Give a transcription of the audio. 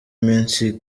minsi